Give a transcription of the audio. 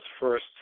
first